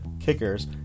kickers